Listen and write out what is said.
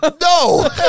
No